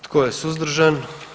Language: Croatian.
Tko je suzdržan?